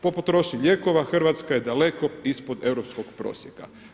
Po potrošnji lijekova Hrvatska je daleko ispod europskog prosjeka.